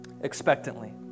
expectantly